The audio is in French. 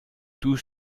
tous